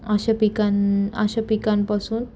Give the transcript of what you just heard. अशा पिकांन अशा पिकांपासून